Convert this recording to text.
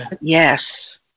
yes